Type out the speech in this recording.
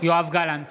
יואב גלנט,